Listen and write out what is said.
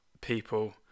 people